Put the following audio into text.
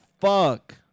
fuck